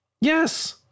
yes